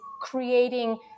creating